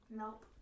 nope